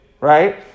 right